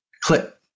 click